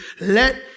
Let